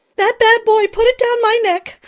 that bad boy put it down my neck.